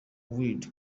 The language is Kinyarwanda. wilde